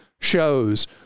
shows